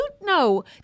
no